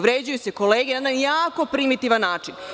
Vređaju se kolege na jedan jako primitivan način.